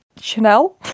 Chanel